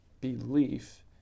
belief